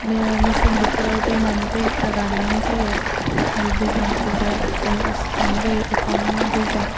मेसें बोथोराव दैमानि दैफोरा रानलांनाय जायो आरो दैज्लां बोथोरबा उसिफावनाय जायो अखानि दैजों